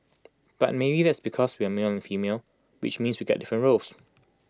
but maybe that's because we're male and female which means we get different roles